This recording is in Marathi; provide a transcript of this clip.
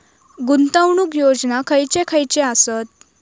गुंतवणूक योजना खयचे खयचे आसत?